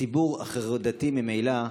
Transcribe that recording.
הציבור, החרדתי ממילא,